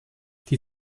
die